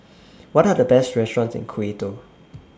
What Are The Best restaurants in Quito